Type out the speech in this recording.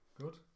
good